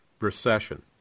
recession